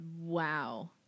Wow